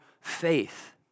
faith